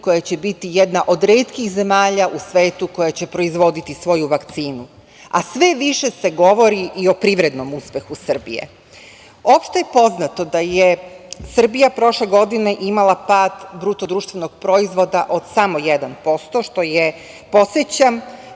koja će biti jedna od retkih zemalja u svetu koja će proizvoditi svoju vakcinu, a sve više se govori i o privrednom uspehu Srbije. Opšte je poznato da je Srbija prošle godine imala pad BPD-a od samo 1% što je, podsećam,